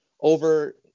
over